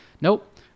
Nope